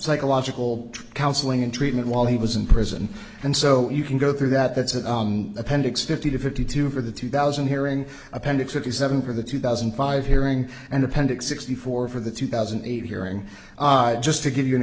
psychological counseling and treatment while he was in prison and so you can go through that that's an appendix fifty to fifty two for the two thousand hearing appendix fifty seven for the two thousand and five hearing and appendix sixty four for the two thousand and eight hearing just to give you an